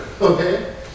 Okay